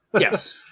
Yes